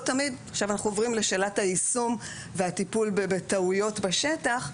עכשיו אנחנו עוברים לשאלת היישום והטיפול בטעויות בשטח,